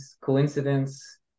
coincidence